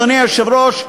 אדוני היושב-ראש,